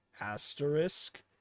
asterisk